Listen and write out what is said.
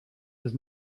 was